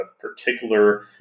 particular